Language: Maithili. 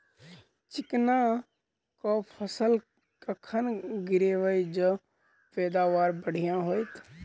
चिकना कऽ फसल कखन गिरैब जँ पैदावार बढ़िया होइत?